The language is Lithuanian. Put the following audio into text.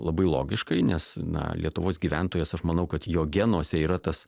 labai logiškai nes na lietuvos gyventojas aš manau kad jo genuose yra tas